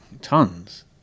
tons